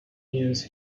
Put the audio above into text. years